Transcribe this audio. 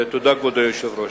תודה, כבוד היושב-ראש.